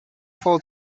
fall